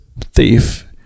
thief